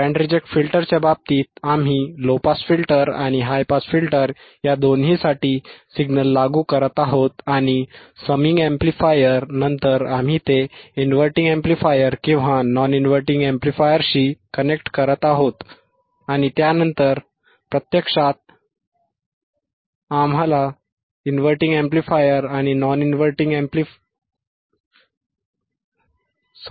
band reject फिल्टरच्या बाबतीत आम्ही लो पास फिल्टर आणि हाय पास फिल्टर या दोन्हीसाठी सिग्नल लागू करत आहोत आणि समिंग अॅम्प्लिफायर नंतर आम्ही ते इन्व्हर्टिंग अॅम्प्लिफायर किंवा नॉन इनव्हर्टिंग अॅम्प्लिफायरशी कनेक्ट करत आहोत आणि त्यानंतर